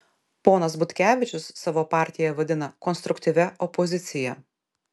ponas butkevičius savo partiją vadina konstruktyvia opozicija